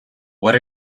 what